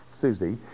Susie